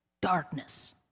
darkness